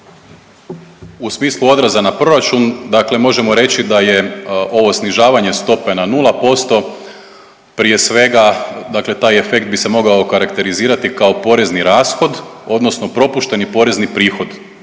U smislu odraza na proračun dakle možemo reći da je ovo snižavanje stope na 0% prije svega dakle taj efekt bi se mogao okarakterizirati kao porezni rashod odnosno propušteni porezni prihod